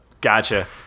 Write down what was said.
Gotcha